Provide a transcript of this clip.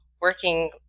working